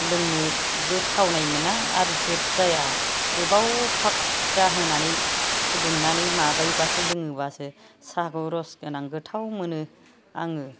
लोंनोबो थावनाय मोना आरो जुत जाया गोबाव फाग जाहोनानै फुदुंनानै माबायोबासो लोङोबासो साहाखौ रस गोनां गोथाव मोनो आङो